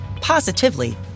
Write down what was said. positively